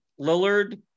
Lillard